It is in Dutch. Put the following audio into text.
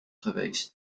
geweest